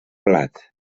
blat